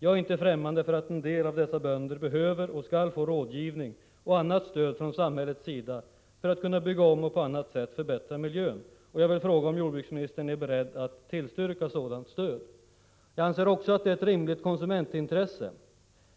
Jag är inte ffrämmande för att en del av 30 januari 1986 dessa bönder behöver och skall få rådgivning och annat stöd från samhällets sida för att kunna bygga om och på annat sätt förbättra miljön. Jag vill fråga: Är jordbruksministern beredd att tillstyrka sådant stöd? Jag anser vidare att det är ett rimligt konsumentintresse